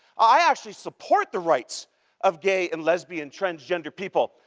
i actually support the rights of gay, and lesbian, transgender people,